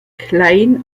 klein